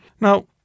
Now